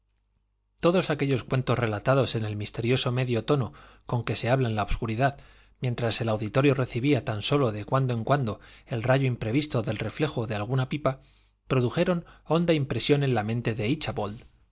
todos aquellos cuentos relatados en el misterioso medio tono con que se habla en la obscuridad mientras el auditorio recibía tan sólo de cuando en cuando el rayo imprevisto del reflejo de alguna pipa produjeron honda impresión en la mente de